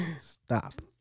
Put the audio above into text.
Stop